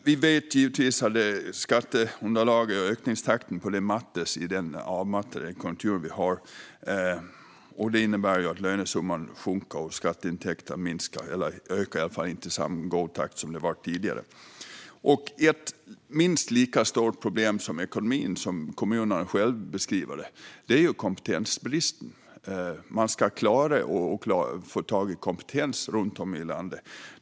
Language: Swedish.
Vi vet givetvis att ökningstakten för skatteunderlaget kommer att avta i den avmattade konjunktur vi har. Detta innebär att lönesumman sjunker och skatteintäkterna minskar, eller i alla fall inte ökar i samma goda takt som tidigare. Ett problem som är minst lika stort som ekonomin, så som kommunerna själva beskriver det, är kompetensbristen. Man ska klara att få tag i kompetens runt om i landet.